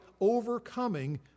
overcoming